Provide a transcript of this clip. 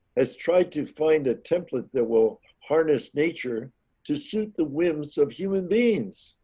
has tried to find a template that will harness nature to suit the whims of human beings.